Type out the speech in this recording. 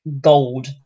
gold